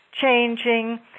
changing